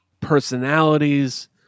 personalities